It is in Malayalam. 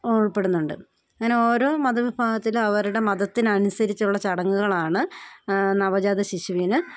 ഉൾപ്പെടുന്നുണ്ട് അങ്ങനെ ഓരോ മതവിഭാഗത്തിലും അവരുടെ മതത്തിനനുസരിച്ചുള്ള ചടങ്ങുകളാണ് നവജാതശിശുവിന്